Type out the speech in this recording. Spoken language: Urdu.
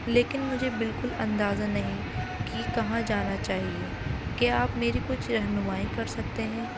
لیکن مجھے بالکل اندازہ نہیں کہ کہاں جانا چاہیے کیا آپ میری کچھ رہنمائی کر سکتے ہیں